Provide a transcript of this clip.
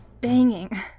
Banging